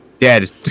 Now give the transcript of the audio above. Dead